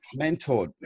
mentored